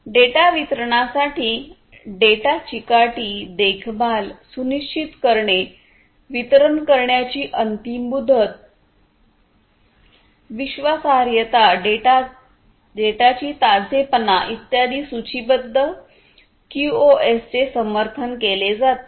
data वितरणासाठी data चिकाटी देखभाल सुनिश्चित करणे वितरण करण्याची अंतिम मुदत विश्वासार्हता डेटाची ताजेपणा इत्यादी सूचीबद्ध क्यूओएसचे समर्थन केले जाते